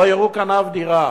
לא יראו כאן אף דירה.